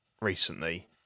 recently